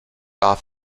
off